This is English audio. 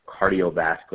cardiovascular